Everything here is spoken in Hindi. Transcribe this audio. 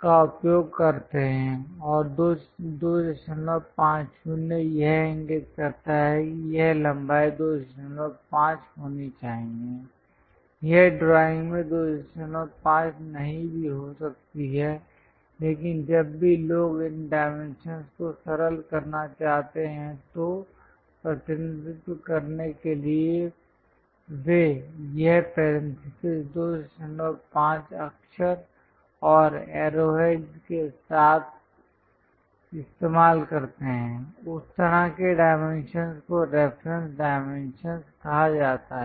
का उपयोग करते हैं और 250 यह इंगित करता है कि यह लंबाई 25 होनी चाहिए यह ड्राइंग में 25 नहीं भी हो सकती है लेकिन जब भी लोग इन इन डाइमेंशंस को सरल करना चाहते हैं तो प्रतिनिधित्व करने के लिए वे यह पेरेंथीसिस 25 अक्षर और एरोहेड्स के साथ इस्तेमाल करते हैं उस तरह के डाइमेंशंस को रेफरेंस डाइमेंशन कहा जाता है